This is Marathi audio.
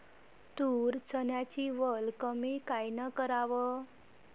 तूर, चन्याची वल कमी कायनं कराव?